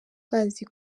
bazi